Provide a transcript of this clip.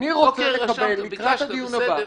אני רוצה לקבל לקראת הדיון הבא -- ביקשת, בסדר.